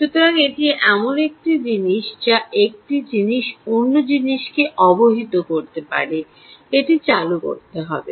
সুতরাং এটি এমন একটি জিনিস যা একটি জিনিস অন্য জিনিসকে অবহিত করতে পারে এটি চালু করতে হবে